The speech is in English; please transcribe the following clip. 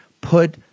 put